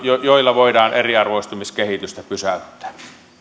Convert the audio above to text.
joilla voidaan eriarvoistumiskehitystä pysäyttää